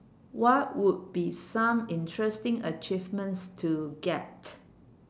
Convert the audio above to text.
what would be some interesting achievements to get